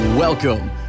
Welcome